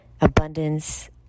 abundance